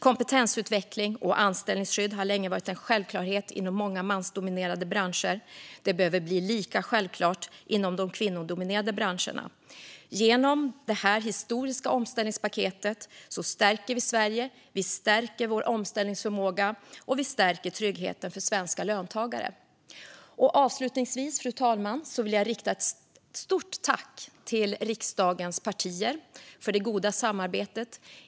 Kompetensutveckling och anställningsskydd har länge varit en självklarhet inom många mansdominerade branscher, och det behöver bli lika självklart inom de kvinnodominerade branscherna. Genom det här historiska omställningspaketet stärker vi Sverige. Vi stärker vår omställningsförmåga, och vi stärker tryggheten för svenska löntagare. Avslutningsvis, fru talman, vill jag rikta ett stort tack till riksdagens partier för det goda samarbetet.